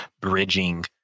bridging